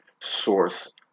source